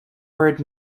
word